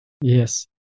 Yes